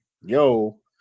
yo